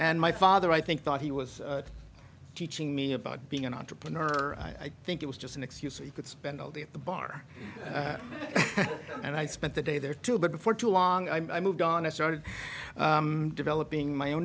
and my father i think thought he was teaching me about being an entrepreneur i think it was just an excuse so you could spend all day at the bar and i spent the day there too but before too long i moved on i started developing my own